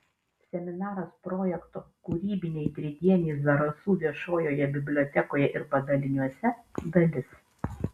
seminaras projekto kūrybiniai tridieniai zarasų viešojoje bibliotekoje ir padaliniuose dalis